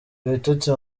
ibitotsi